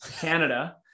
Canada